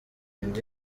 indi